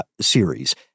series